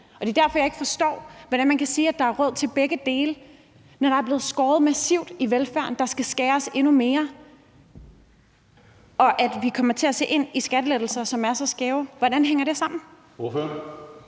Det er derfor, jeg ikke forstår, hvordan man kan sige, at der er råd til begge dele, altså når der er blevet skåret massivt i velfærden, der skal skæres endnu mere og vi kommer til at se ind i skattelettelser, som er så skæve. Hvordan hænger det sammen?